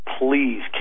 Please